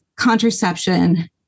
Contraception